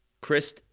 Chris